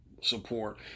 support